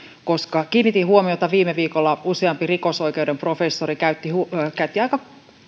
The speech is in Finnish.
koska kiinnitin huomiota viime viikolla siihen että useampi rikosoikeuden professori käytti aika